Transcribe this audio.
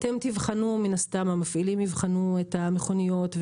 מן הסתם המפעילים יבחנו את המכוניות,